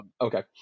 Okay